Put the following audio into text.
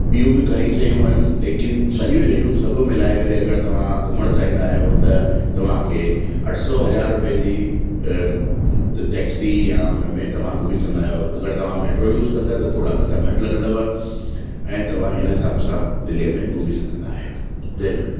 ॿियूं बि घणेई शयूं आहिनि लेकिन सॼूं शयूं सभु मिलाए करे अगरि तव्हां घुमण चाहींन्दा आयो त तव्हांखे अठि सौ हज़ार रुपए जी ट टैक्सी या हुनमें तव्हां घुमी सघंदा आहियो अगरि तव्हां मैट्रो यूस कंदा त थोरा पैसा घटि लॻंदव ऐं तव्हां हिन हिसाब सां दिल्लीअ में घुमी सघंदा आयो जय झूलेलाल